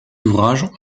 ouvrages